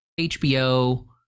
HBO